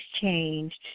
changed